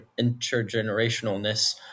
intergenerationalness